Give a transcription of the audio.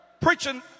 preaching